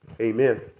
Amen